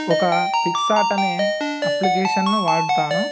ఒక పిక్సార్ట్ అనే అప్లికేషన్ని వాడతాను